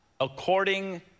according